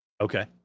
Okay